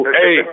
hey